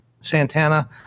Santana